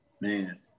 Man